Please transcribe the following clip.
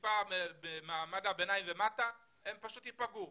וקצת במעמד הביניים ומטה, הם פשוט ייפגעו.